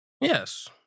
Yes